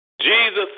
Jesus